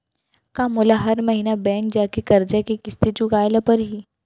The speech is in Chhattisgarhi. का मोला हर महीना बैंक जाके करजा के किस्ती चुकाए ल परहि?